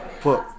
put